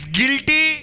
guilty